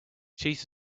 cheese